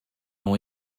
ont